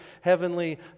heavenly